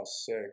sick